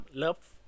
love